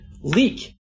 leak